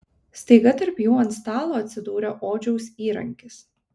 staiga tarp jų ant stalo atsidūrė odžiaus įrankis